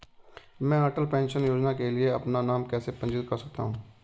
मैं अटल पेंशन योजना के लिए अपना नाम कैसे पंजीकृत कर सकता हूं?